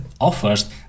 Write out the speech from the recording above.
offers